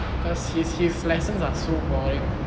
because his his lessons are so boring